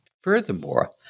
Furthermore